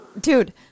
Dude